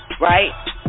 right